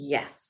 Yes